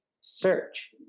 search